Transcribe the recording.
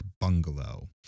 bungalow